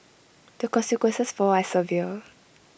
the consequences for are severe